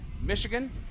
michigan